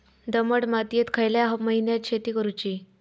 दमट मातयेत खयल्या महिन्यात शेती करुची?